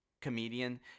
comedian